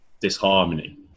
Disharmony